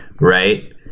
right